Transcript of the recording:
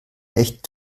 echt